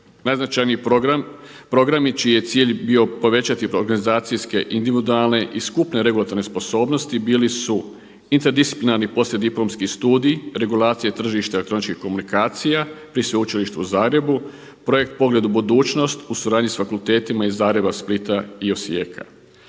Najznačajniji programi čiji je cilj bio povećati organizacijske individualne i skupne regulatorne sposobnosti bili su Interdisciplinarni poslijediplomski studij, regulacije tržišta elektroničkih komunikacija pri Sveučilištu u Zagrebu, Projekt Pogled u budućnost u suradnji sa fakultetima iz Zagreba, Splita i Osijeka.